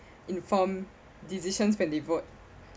informed decisions when they vote